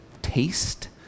taste